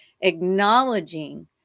acknowledging